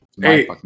Hey